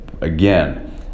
Again